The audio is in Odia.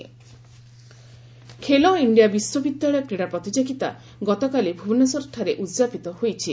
ଖେଲୋ ଇଣ୍ଡିଆ ଖେଲୋ ଇଣ୍ଡିଆ ବିଶ୍ୱବିଦ୍ୟାଳୟ କ୍ରୀଡ଼ା ପ୍ରତିଯୋଗିତା ଗତକାଲି ଭୁବନେଶ୍ୱରଠାରେ ଉଦ୍ଯାପିତ ହୋଇଛି